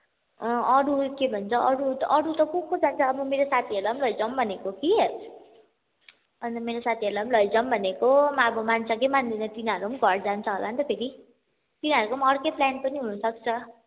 अँ अरू के भन्छ अरू अरू त को को जान्छ अब मेरो साथीहरूलाई पनि लैजाऔँ भनेको कि अनि त मेरो साथीहरूलाई पनि लैजाऔँ भनेको अब मान्छ कि मान्दैन तिनीहरू पनि घर जान्छ होला नि त फेरि तिनीहरूको पनि अर्कै प्लान पनि हुनसक्छ